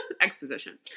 Exposition